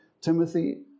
Timothy